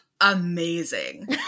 Amazing